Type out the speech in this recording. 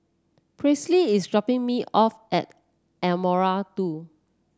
Presley is dropping me off at Ardmore Two